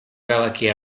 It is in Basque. erabakia